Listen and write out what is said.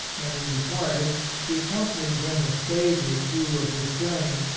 when he departed, she accompanied him a stage or two of his journey,